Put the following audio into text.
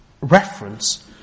reference